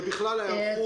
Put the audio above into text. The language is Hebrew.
ובכלל ההיערכות.